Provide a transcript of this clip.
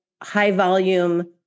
high-volume